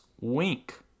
Wink